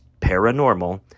paranormal